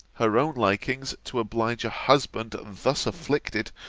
her own likings, to oblige a husband, thus afflicted,